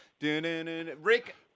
Rick